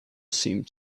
seemed